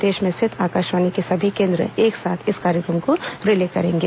प्रदेश में स्थित आकाशवाणी के सभी केन्द्र एक साथ इस कार्यक्रम को रिले करेंगे